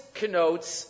connotes